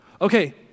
Okay